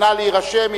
נא להירשם,